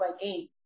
again